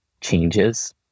changes